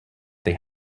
they